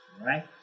right